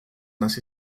hasi